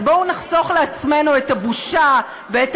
אז בואו נחסוך לעצמנו את הבושה ואת